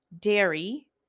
dairy